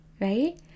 right